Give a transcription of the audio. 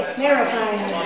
terrifying